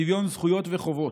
שוויון זכויות וחובות.